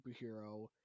superhero